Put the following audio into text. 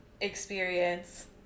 experience